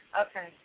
Okay